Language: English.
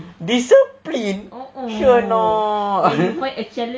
discipline sure or not